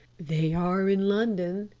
they are in london,